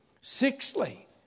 Sixthly